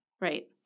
right